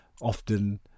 often